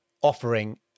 offering